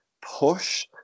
push